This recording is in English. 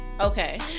Okay